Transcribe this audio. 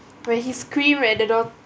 where he screamed at the door